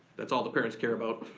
that's all the parents care about.